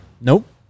Nope